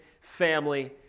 family